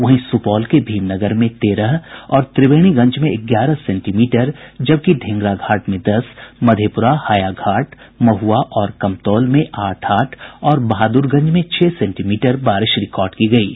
वहीं सुपौल के भीमनगर में तेरह और त्रिवेणीगंज में ग्यारह सेंटीमीटर जबकि ढेंगरा घाट में दस मधेप्ररा हायाघाट महुआ और कमतौल में आठ आठ और बहादुरगंज में छह सेंटीमीटर बारिश रिकॉर्ड की गयी है